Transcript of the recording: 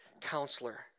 counselor